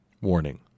Warning